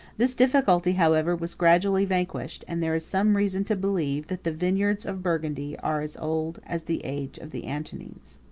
this difficulty, however, was gradually vanquished and there is some reason to believe, that the vineyards of burgundy are as old as the age of the antonines.